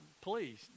please